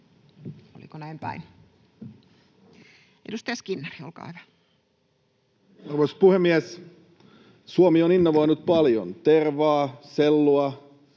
oliko näinpäin? — Edustaja Skinnari olkaa hyvä. Arvoisa puhemies! Suomi on innovoinut paljon — tervaa, sellua,